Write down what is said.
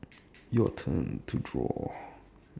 your turn to draw